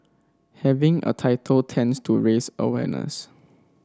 having a title tends to raise awareness